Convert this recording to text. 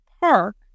park